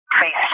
face